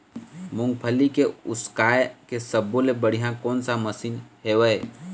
मूंगफली के उसकाय के सब्बो ले बढ़िया कोन सा मशीन हेवय?